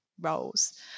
roles